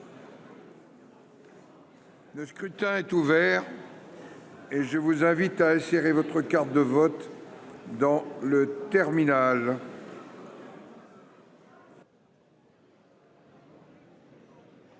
Le scrutin est ouvert et je vous invite à insérer votre carte de vote dans le terminal.